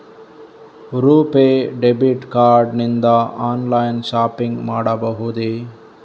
RuPay debit card ನಿಂದ online shopping ಮಾಡಬಹುದೇ?